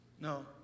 No